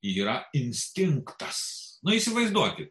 yra instinktas na įsivaizduokit